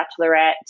Bachelorette